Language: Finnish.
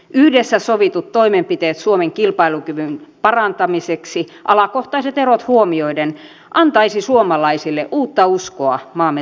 yhdessä sovitut toimenpiteet suomen kilpailukyvyn parantamiseksi alakohtaiset erot huomioiden antaisivat suomalaisille uutta uskoa maamme tulevaisuuteen